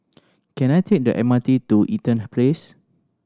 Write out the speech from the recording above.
can I take the M R T to Eaton Place